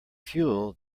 fuel